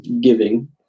giving